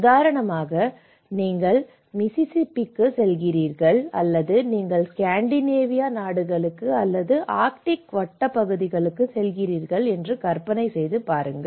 உதாரணமாக நீங்கள் மிசிசிப்பிக்கு செல்கிறீர்கள் அல்லது நீங்கள் ஸ்காண்டிநேவிய நாடுகளுக்கு அல்லது ஆர்க்டிக் வட்ட பகுதிகளுக்கு செல்கிறீர்கள் என்று கற்பனை செய்து பாருங்கள்